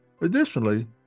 Additionally